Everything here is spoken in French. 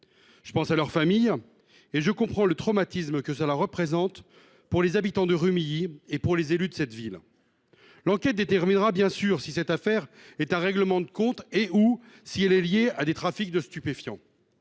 Je pense à leurs familles et je comprends le traumatisme que cela représente pour les habitants de Rumilly et pour les élus de cette ville. L’enquête déterminera bien sûr si cette affaire est un règlement de comptes et/ou si elle est liée à des trafics de stupéfiants.